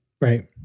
Right